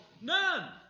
none